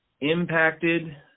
impacted